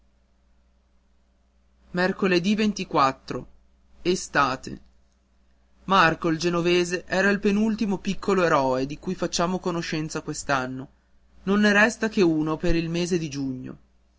mercoledì marco il genovese è il penultimo piccolo eroe di cui facciamo conoscenza quest'anno non ne resta che uno per il mese di giugno